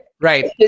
Right